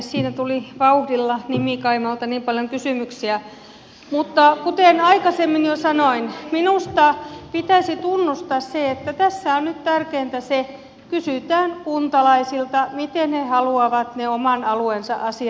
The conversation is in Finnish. siinä tuli vauhdilla nimikaimalta paljon kysymyksiä mutta kuten aikaisemmin jo sanoin minusta pitäisi tunnustaa se että tässä on nyt tärkeintä se että kysytään kuntalaisilta miten he haluavat ne oman alueensa asiat järjestää